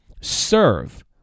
serve